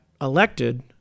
elected